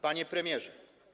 Panie Premierze!